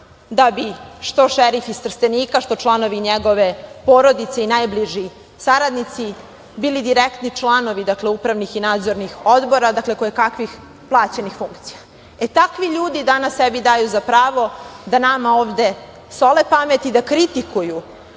da bi, što šerif iz Trstenika, što članovi njegove porodice i najbliži saradnici, bili direktni članovi upravnih i nadzornih odbora, kojekakvih plaćenih funkcija. E takvi ljudi danas sebi daju za pravo da nama ovde sole pamet i da kritikuju,